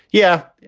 yeah,